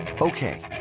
Okay